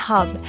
Hub